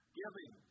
giving